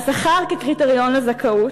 על שכר כקריטריון לזכאות,